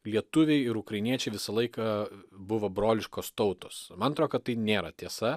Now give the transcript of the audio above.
lietuviai ir ukrainiečiai visą laiką buvo broliškos tautos man atrodo kad tai nėra tiesa